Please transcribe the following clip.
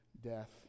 death